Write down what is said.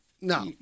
no